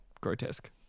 grotesque